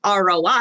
ROI